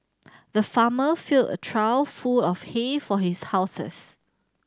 the farmer filled a trough full of hay for his houses